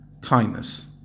kindness